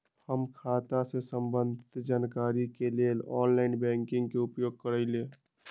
हम खता से संबंधित जानकारी के लेल ऑनलाइन बैंकिंग के उपयोग करइले